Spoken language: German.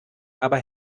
aber